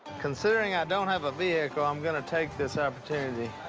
considering i don't have a vehicle, i'm gonna take this opportunity.